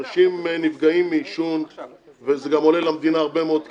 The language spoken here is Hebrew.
אנשים נפגעים מעישון וזה גם עולה למדינה הרבה מאוד כסף,